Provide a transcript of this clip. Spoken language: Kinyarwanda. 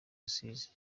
rusizi